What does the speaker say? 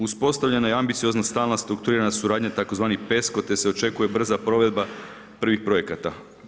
Uspostavljena je ambiciozna stalna strukturirana suradnja tzv. PESCO te se očekuje brza provedba prvih projekata.